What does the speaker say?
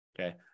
Okay